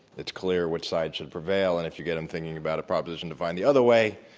it's clear which side should prevail, and if you get them thinking about a proposition defined the other way,